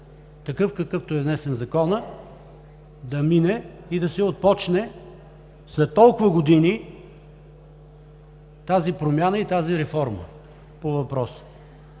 такъв, какъвто е внесен Законът, да мине и да се отпочне след толкова години тази промяна и тази реформа по въпроса.